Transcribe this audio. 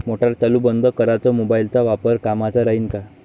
Motor चालू बंद कराच मोबाईलचा वापर कामाचा राहीन का?